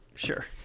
sure